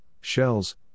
shells